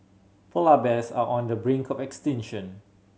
polar bears are on the brink of extinction